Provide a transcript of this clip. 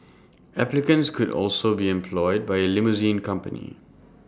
applicants could also be employed by A limousine company